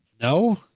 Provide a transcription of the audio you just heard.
no